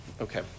Okay